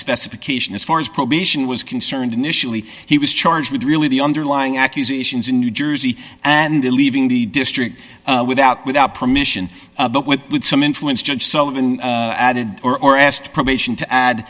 specification as far as probation was concerned initially he was charged with really the underlying accusations in new jersey and leaving the district without without permission but with some influence judge sullivan added or asked probation to add